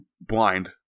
blind